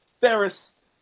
Ferris